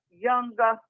Younger